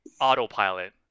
autopilot